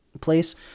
place